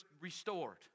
restored